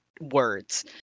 words